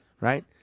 Right